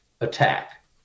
attack